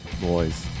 boys